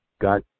got